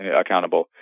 accountable